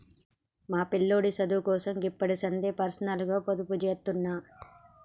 మా పిల్లోడి సదువుకోసం గిప్పడిసందే పర్సనల్గ పొదుపుజేత్తన్న